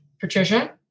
Patricia